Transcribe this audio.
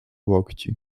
łokci